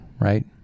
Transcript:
Right